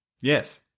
Yes